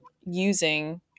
using